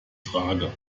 frage